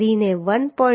05 થી 9